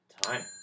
Time